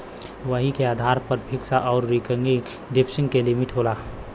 वही के आधार पर फिक्स आउर रीकरिंग डिप्सिट के लिमिट होला